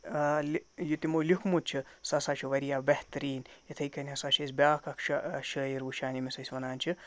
یہِ تِمَو لیوٚکھمُت چھِ سُہ ہسا چھِ واریاہ بہتریٖن یِتھَے کٔنۍ ہسا چھِ اَسہِ بیٛاکھ اَکھ شٲعِر وٕچھان ییٚمِس أسۍ وَنان چھِ